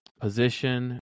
position